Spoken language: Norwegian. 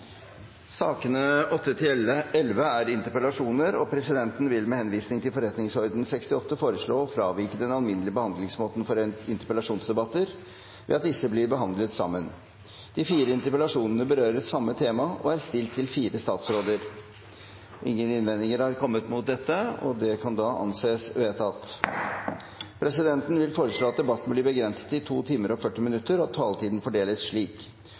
68 foreslå å fravike den alminnelige behandlingsmåten for interpellasjonsdebatter ved at disse blir behandlet sammen. De fire interpellasjonene berører samme tema og er stilt til fire statsråder. Ingen innvendinger har kommet mot dette, og det anses vedtatt. Presidenten vil foreslå at debatten begrenses til 2 timer og 40 minutter, og at taletiden fordeles slik: